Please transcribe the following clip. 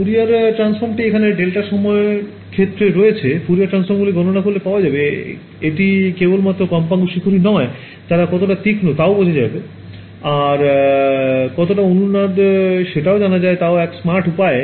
Fourier ট্রান্সফর্মটি এখানে delta সময় ক্ষেত্রে রয়েছে ফুরিয়ার ট্রান্সফর্মগুলি গণনা করলে পাওয়া যাবে এটি কেবলমাত্র কম্পাঙ্ক শিখরই নয় তারা কতটা তীক্ষ্ণ তাও বোঝাবে আর কতটা অনুনাদ সেটাও জানায় তাও এক স্মার্ট উপায়ে